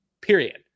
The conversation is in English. period